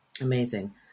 Amazing